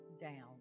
down